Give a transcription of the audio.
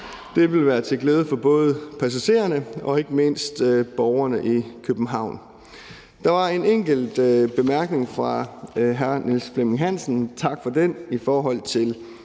Det vil være til glæde for både passagererne og ikke mindst borgerne i København. Der var en enkelt bemærkning fra hr. Niels Flemming Hansen – tak for den – i forhold til